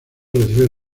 recibe